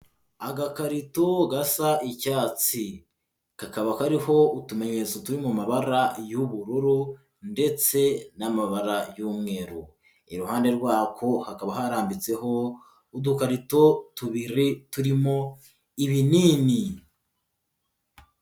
Agakarito gasa icyatsi, kakaba kariho utumenyetso turi mu mabara y'ubururu ndetse n'amabara y'umweru, iruhande rwako hakaba harambitseho udukarito tubiri turimo ibinini.